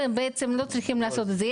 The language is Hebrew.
והם בעצם לא צריכים את זה.